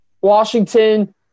Washington